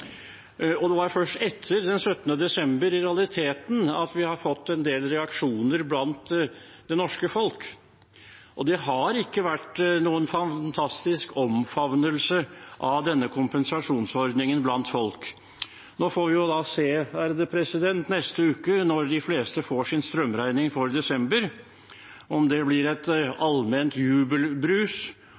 Det var først etter den 17. desember, i realiteten, at vi har fått en del reaksjoner blant det norske folk, og det har ikke vært noen fantastisk omfavnelse av denne kompensasjonsordningen blant folk. Nå får vi jo se i neste uke, når de fleste får sin strømregning for desember, om det blir et allment jubelbrus